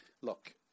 look